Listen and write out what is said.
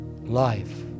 life